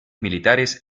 militares